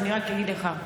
אני רק אגיד לך,